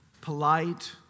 polite